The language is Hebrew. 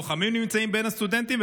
לוחמים נמצאים בין הסטודנטים?